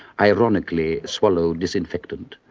ironically swallowed disinfectant,